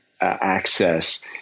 access